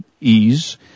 ease